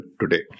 today